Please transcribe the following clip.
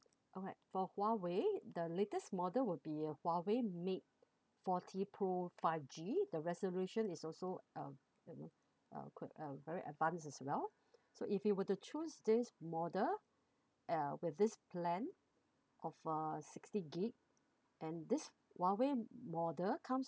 alright for huawei the latest model will be uh huawei mate forty pro five G the resolution is also uh you know uh co~ uh very advance as well so if you were to choose this model uh with this plan of uh sixty gig and this huawei model comes